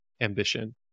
ambition